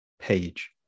page